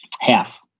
Half